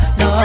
no